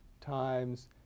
times